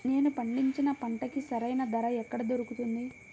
నేను పండించిన పంటకి సరైన ధర ఎక్కడ దొరుకుతుంది?